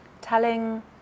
telling